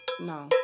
No